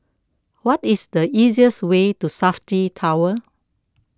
what is the easiest way to Safti Tower